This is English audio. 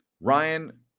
Ryan